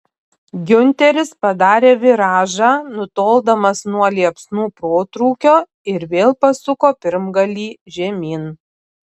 giunteris padarė viražą nutoldamas nuo liepsnų protrūkio ir vėl pasuko pirmgalį žemyn